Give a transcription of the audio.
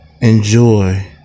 Enjoy